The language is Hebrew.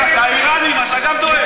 לאיראנים אתה גם דואג?